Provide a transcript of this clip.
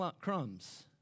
crumbs